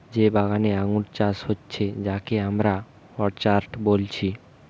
যে বাগানে আঙ্গুর চাষ হচ্ছে যাকে আমরা অর্চার্ড বলছি